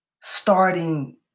starting